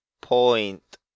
point